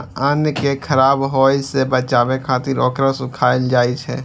अन्न कें खराब होय सं बचाबै खातिर ओकरा सुखायल जाइ छै